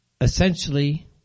essentially